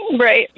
Right